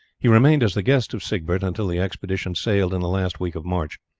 he remained as the guest of siegbert until the expedition sailed in the last week of march.